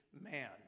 man